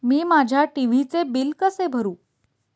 मी माझ्या टी.व्ही चे बिल कसे भरू?